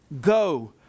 go